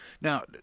Now